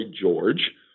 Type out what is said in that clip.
George